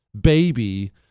baby